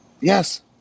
Yes